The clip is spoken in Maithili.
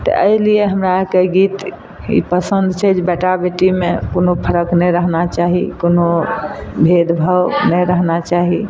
तऽ अइ लिये हमरा अरके गीत ई पसन्द छै जे बेटा बेटीमे कोनो फर्क नहि रहना चाही कोनो भेदभाव नहि रहना चाही